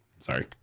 Sorry